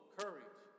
courage